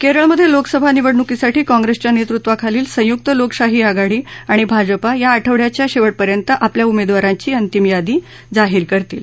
केरळमधे लोकसभा निवडणुकीसाठी काँग्रेसच्या नेतृत्वाखालील संयुक्त लोकशाही आघाडी आणि भाजपा या आठवड्याच्या शेवटपर्यंत आपल्या उमेदवारांची अंतिम यादी जाहीर करतील